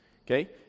okay